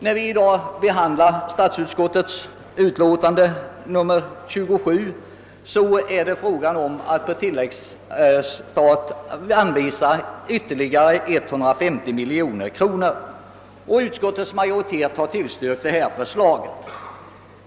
När vi i dag behandlar statsutskottets utlåtande nr 27 gäller frågan att på tillläggsstat anvisa ytterligare 150 miljoner kronor, och utskottsmajoriteten har också tillstyrkt en sådan anslagshöjning.